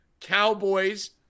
Cowboys